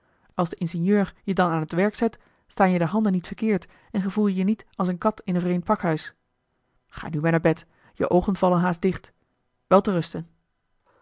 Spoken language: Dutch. als de ingenieur je dan aan het werk zet staan je de handen niet verkeerd en gevoel je je niet als eene kat in een vreemd pakhuis ga nu maar naar bed je oogen vallen haast dicht